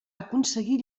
aconseguir